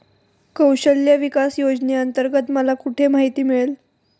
कौशल्य विकास योजनेअंतर्गत मला कुठे माहिती मिळेल?